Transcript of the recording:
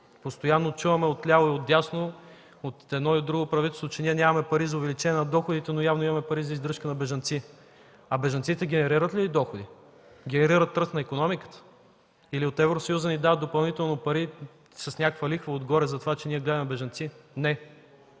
постоянно чуваме отляво и отдясно, от едно или друго правителство, че нямаме пари за увеличаване на доходите, но явно имаме пари за издръжка на бежанци. А бежанците генерират ли ни доходи? Генерират ръст на икономиката?! Или от Евросъюза ни дават допълнително пари с някаква лихва отгоре, затова че ние гледаме бежанци? Не!